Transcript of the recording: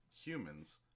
humans